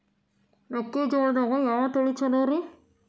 ಮೆಕ್ಕಿಜೋಳದಾಗ ಯಾವ ತಳಿ ಛಲೋರಿ?